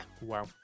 Wow